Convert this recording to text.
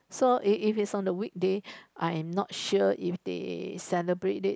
so if if is on a weekday I'm not sure they celebrate it